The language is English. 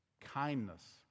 kindness